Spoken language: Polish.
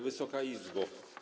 Wysoka Izbo!